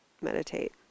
meditate